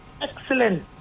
Excellent